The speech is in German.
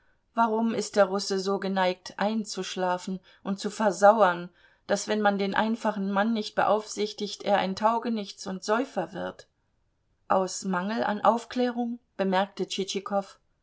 warum ist der russe so geneigt einzuschlafen und zu versauern daß wenn man den einfachen mann nicht beaufsichtigt er ein taugenichts und säufer wird aus mangel an aufklärung bemerkte